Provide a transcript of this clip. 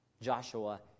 Joshua